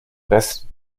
rest